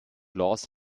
laws